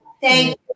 Thank